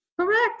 Correct